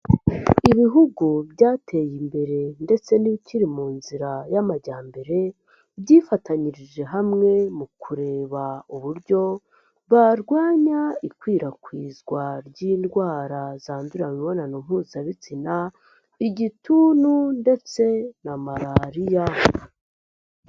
Ibihugu byateye imbere ndetse n'ibikiri mu nzira y'amajyambere, byifatanyirije hamwe mu kureba uburyo barwanya ikwirakwizwa ry'indwara zandurira mu imibonano mpuzabitsina, igituntu, ndetse na malariya.